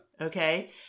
Okay